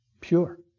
pure